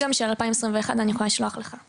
יש לי גם את של שנת 2021 ואני יכולה לשלוח לך אותו.